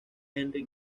henry